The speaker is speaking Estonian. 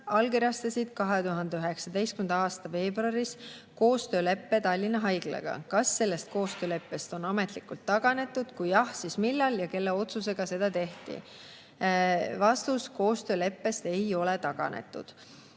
allkirjastasid 2019. aasta veebruaris koostööleppe Tallinna Haiglaga. Kas sellest koostööleppest on ametlikult taganetud? Kui jah, siis millal ja kelle otsusega seda tehti?" Vastus: koostööleppest ei ole taganetud.